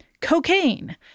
Cocaine